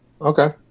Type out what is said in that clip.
Okay